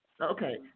Okay